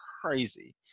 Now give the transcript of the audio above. crazy